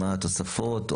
מה התוספות?